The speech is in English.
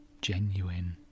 genuine